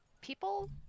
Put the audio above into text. people